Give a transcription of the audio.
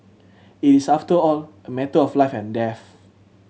it is after all a matter of life and death